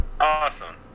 Awesome